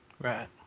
Right